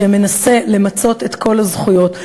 שמנסה למצות את כל הזכויות.